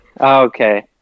okay